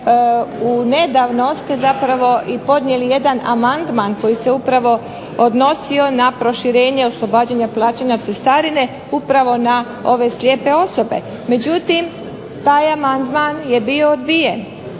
u, nedavno ste zapravo i podnijeli jedan amandman koji se upravo odnosio na proširenje oslobađanja plaćanja cestarine, upravo na ove slijepe osobe, međutim taj amandman je bio odbijen.